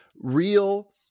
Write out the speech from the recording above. real –